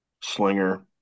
Slinger